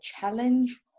challenge